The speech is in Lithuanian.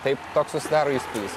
taip toks susidaro įspūdis